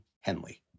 Henley